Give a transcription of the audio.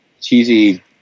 cheesy